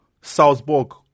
Salzburg